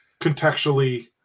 contextually